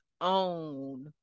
own